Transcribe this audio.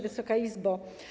Wysoka Izbo!